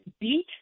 beat